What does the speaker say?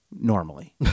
Normally